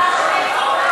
סעיף 1